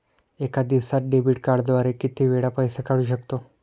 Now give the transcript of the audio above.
एका दिवसांत डेबिट कार्डद्वारे किती वेळा पैसे काढू शकतो?